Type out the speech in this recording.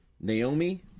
Naomi